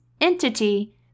entity